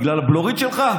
בגלל הבלורית שלך?